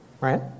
right